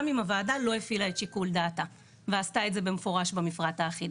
גם אם הוועדה לא הפעילה את שיקול דעתה ועשתה את זה במפורט במפרט האחיד.